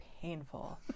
painful